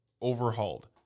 overhauled